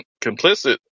complicit